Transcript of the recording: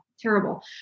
terrible